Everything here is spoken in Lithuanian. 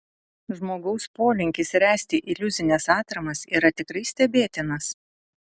žmogaus polinkis ręsti iliuzines atramas yra tikrai stebėtinas